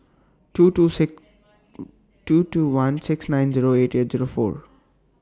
two two six two two one six nine Zero eight eight Zero four